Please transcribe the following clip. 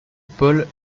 paul